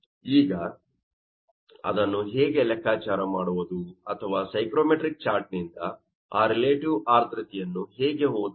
ಈಗ ಅದನ್ನು ಹೇಗೆ ಲೆಕ್ಕಾಚಾರ ಮಾಡುವುದು ಅಥವಾ ಸೈಕ್ರೋಮೆಟ್ರಿಕ್ ಚಾರ್ಟ್ನಿಂದ ಆ ರಿಲೇಟಿವ್ ಆರ್ದ್ರತೆಯನ್ನು ಹೇಗೆ ಓದುವುದು